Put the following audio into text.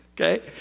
Okay